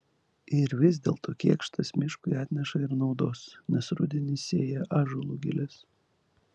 ir vis dėlto kėkštas miškui atneša ir naudos nes rudenį sėja ąžuolų giles